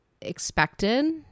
expected